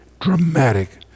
dramatic